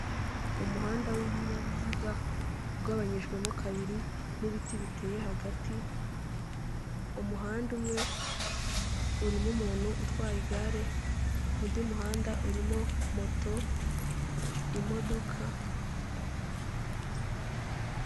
Umuhanda w'ibinyabiziga ugabanyijwemo kabiri n'ibiti biteye hagati, umuhanda umwe urimo umuntu utwara igare, undi muhanda urimo moto, imodoka.